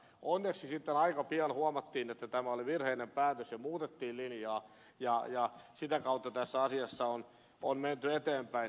onneksi sitten aika pian huomattiin että tämä oli virheellinen päätös ja muutettiin linjaa ja sitä kautta tässä asiassa on menty eteenpäin